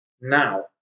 now